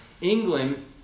England